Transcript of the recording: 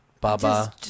baba